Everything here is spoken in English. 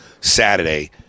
Saturday